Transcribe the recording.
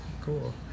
Cool